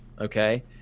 okay